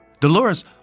Dolores